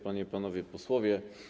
Panie i Panowie Posłowie!